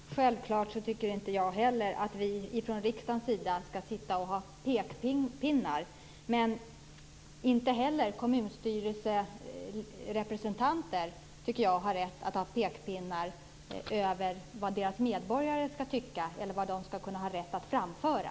Fru talman! Självklart tycker inte heller jag att vi från riksdagens sida skall komma med pekpinnar, och inte heller skall kommunstyrelserepresentanter ha rätt att göra det när det gäller vad kommuninvånarna skall tycka eller vad de skall ha rätt att framföra.